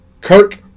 Kirk